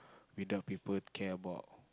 without people care about